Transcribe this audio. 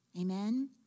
Amen